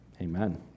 Amen